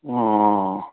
অঁ